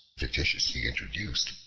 fictitiously introduced,